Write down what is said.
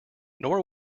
nor